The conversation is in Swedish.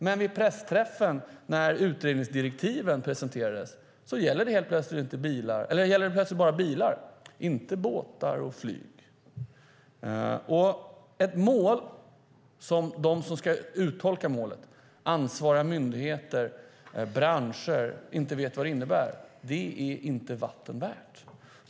Men vid pressträffen när utredningsdirektiven presenterades gäller det plötsligt bara bilar och inte båtar och flygplan. Ett mål som de som ska uttolka målet, ansvariga myndigheter och branscher, inte vet vad det innebär är inte vatten värt.